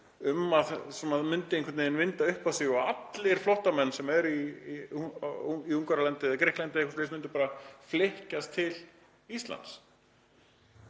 að það myndi einhvern veginn vinda upp á sig og að allir flóttamenn sem eru í Ungverjalandi eða Grikklandi eða eitthvað svoleiðis myndu bara flykkjast til Íslands.